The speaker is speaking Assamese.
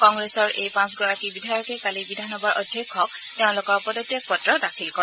কংগ্ৰেছৰ এই পাঁচগৰাকী বিধায়কে কালি বিধানসভাৰ অধ্যক্ষলৈ তেওঁলোকৰ পদত্যাগ পত্ৰ দাখিল কৰে